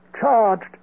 charged